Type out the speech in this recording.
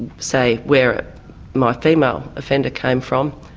say, where my female offender came from,